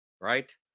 Right